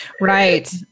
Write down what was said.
Right